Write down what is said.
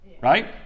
right